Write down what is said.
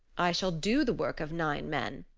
i shall do the work of nine men,